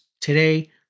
Today